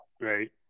right